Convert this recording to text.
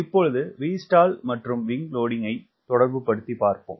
இப்பொழுது Vstall மற்றும் wing லோடிங்கினை தொடர்புபடுத்திப்பார்ப்போம்